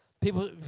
People